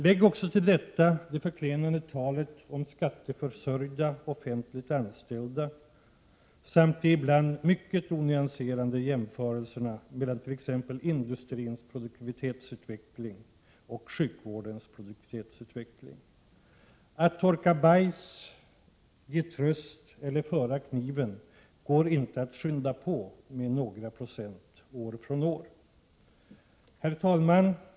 Lägg också till detta det förklenande talet om skatteförsörjda offentligt anställda samt de ibland mycket onyanserade jämförelserna mellan t.ex. industrins produktivitetsutveckling och sjukvårdens produktivitetsutveckling. Att torka bajs, ge tröst eller föra kniven går inte att skynda på med några procent år från år. Herr talman!